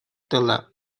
тыла